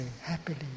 happily